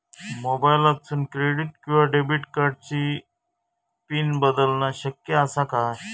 मोबाईलातसून क्रेडिट किवा डेबिट कार्डची पिन बदलना शक्य आसा काय?